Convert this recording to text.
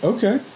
Okay